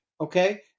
Okay